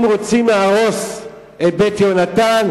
אם רוצים להרוס את "בית יהונתן",